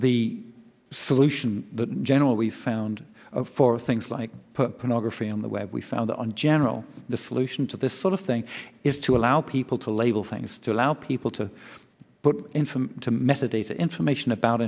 the solution general we found for things like pornography on the web we found that on general the solution to this sort of thing is to allow people to label things to allow people to put in